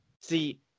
see